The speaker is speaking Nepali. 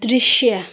दृश्य